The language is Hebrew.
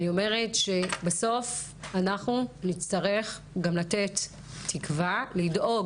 אני אומרת בסוף אנחנו נצטרך גם לתת תקווה ולדאוג